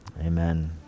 amen